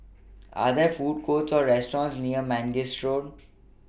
Are There Food Courts Or restaurants near Mangis Road